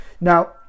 Now